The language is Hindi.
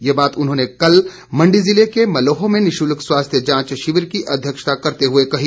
ये बात उन्होंने कल मण्डी जिले के मलोह में निशुल्क स्वास्थ्य जांच शिविर की अध्यक्षता करते हुए कही